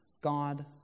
God